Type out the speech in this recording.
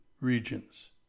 regions